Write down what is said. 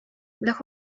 blog